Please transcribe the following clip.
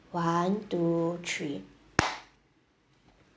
one two three